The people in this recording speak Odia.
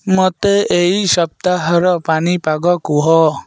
ମୋତେ ଏହି ସପ୍ତାହର ପାଣିପାଗ କୁହ